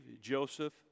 Joseph